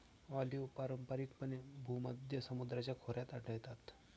olive पारंपारिकपणे भूमध्य समुद्राच्या खोऱ्यात आढळतात